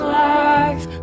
life